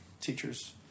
Teachers